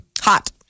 Hot